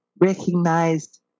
Recognized